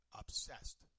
obsessed